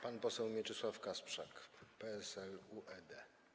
Pan poseł Mieczysław Kasprzak, PSL - UED.